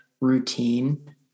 Routine